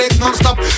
non-stop